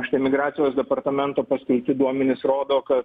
iš emigracijos departamento paskelbti duomenys rodo kad